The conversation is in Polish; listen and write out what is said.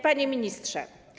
Panie Ministrze!